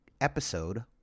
episode